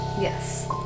Yes